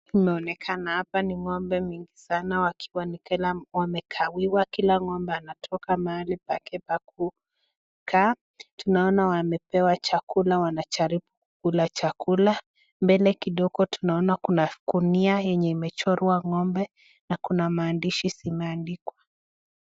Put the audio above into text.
Kimeonekana hapa ni ng'ombe mingi sana wakiwa ni kila wamekaa. Kila ng'ombe anatoka mahali pake pakukaa. Tunaona wamepewa chakula wanajaribu kukula chakula. Mbele kidogo tunaona kuna gunia yenye imechorwa ng'ombe na kuna maandishi zimeaandikwa.